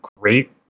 great